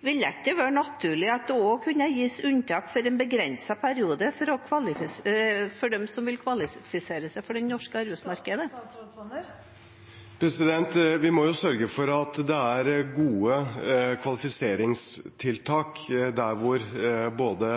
Ville det ikke vært naturlig at det også kunne gis unntak for en begrenset periode for dem som vil kvalifisere seg for det norske arbeidsmarkedet? Vi må sørge for at det er gode kvalifiseringstiltak der både